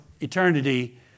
eternity